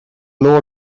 leor